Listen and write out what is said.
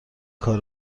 کار